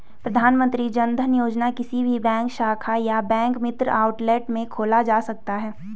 प्रधानमंत्री जनधन योजना किसी भी बैंक शाखा या बैंक मित्र आउटलेट में खोला जा सकता है